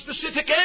specific